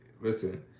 listen